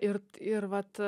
ir ir vat